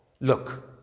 look